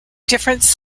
differences